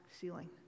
ceiling